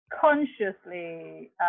Consciously